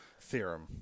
Theorem